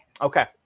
Okay